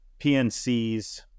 PNCs